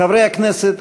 חברי הכנסת,